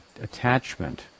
attachment